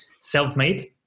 self-made